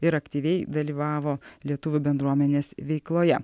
ir aktyviai dalyvavo lietuvių bendruomenės veikloje